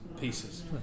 pieces